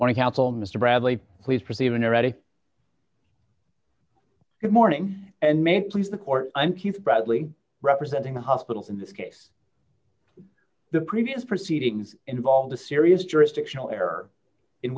council mr bradley please perceive an erratic good morning and may please the court i'm keith bradley representing the hospitals in this case the previous proceedings involved a serious jurisdictional error in